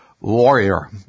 Warrior